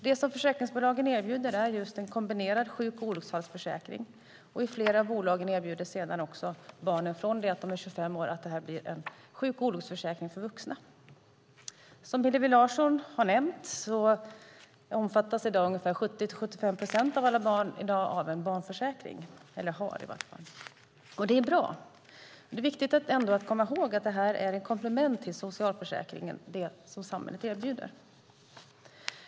Det som försäkringsbolagen erbjuder är just en kombinerad sjuk och olycksfallsförsäkring, och flera av bolagen erbjuder sedan att försäkringen övergår till en sjuk och olycksfallsförsäkring för vuxna från det att de är 25 år. Som Hillevi Larsson har nämnt har i dag 70-75 procent av alla barn en barnförsäkring. Det är bra. Men det är viktigt att komma ihåg att det är ett komplement till socialförsäkringen som samhället erbjuder.